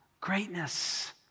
greatness